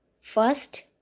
first